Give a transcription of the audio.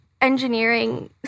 engineering